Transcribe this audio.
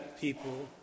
people